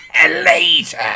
later